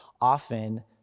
often